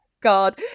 God